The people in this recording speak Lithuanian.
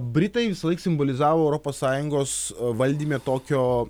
britai visąlaik simbolizavo europos sąjungos valdyme tokio